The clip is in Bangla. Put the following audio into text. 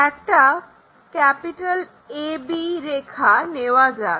একটা AB রেখা নেওয়া যাক